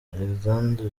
alexander